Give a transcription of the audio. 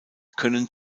können